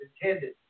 intended